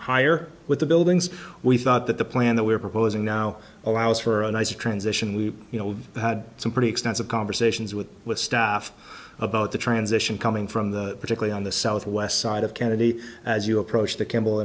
higher with the buildings we thought that the plan that we're proposing now allows for a nice transition we you know had some pretty extensive conversations with with staff about the transition coming from the particularly on the southwest side of kennedy as you approach the kemble